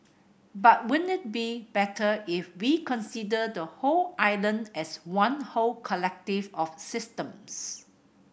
but won't it be better if we consider the whole island as one whole collective of systems